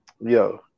Yo